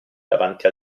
davanti